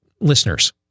listeners